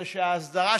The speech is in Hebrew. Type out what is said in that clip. אלא שההסדרה,